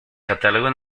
catálogo